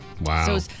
wow